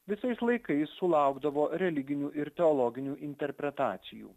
visais laikais sulaukdavo religinių ir teologinių interpretacijų